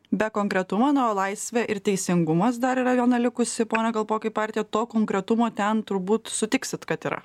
be konkretumo na o laisvė ir teisingumas dar yra viena likusi pone kalpokai partija to konkretumo ten turbūt sutiksit kad yra